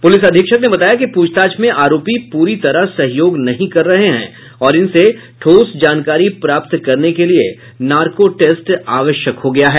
police अधीक्षक ने बताया कि पूछताछ में आरोपी पूरी तरह सहयोग नहीं कर रहे हैं और इनसे ठोस जानकारी प्राप्त करने के लिये नार्को टेस्ट आवश्यक हो गया है